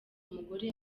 mugore